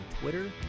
Twitter